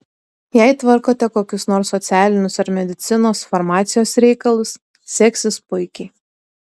jei tvarkote kokius nors socialinius ar medicinos farmacijos reikalus seksis puikiai